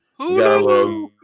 Hulu